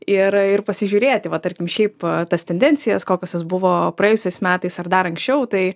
ir ir pasižiūrėti va tarkim šiaip tas tendencijas kokios jos buvo praėjusiais metais ar dar anksčiau tai